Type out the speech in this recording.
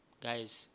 guys